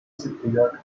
cypriot